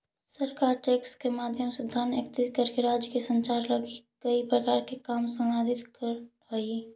सरकार टैक्स के माध्यम से धन एकत्रित करके राज्य संचालन लगी कई प्रकार के काम संपादित करऽ हई